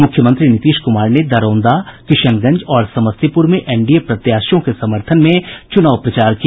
मुख्यमंत्री नीतीश कुमार ने दरौंदा किशनगंज और समस्तीपुर में एनडीए प्रत्याशियों के समर्थन में चुनाव प्रचार किया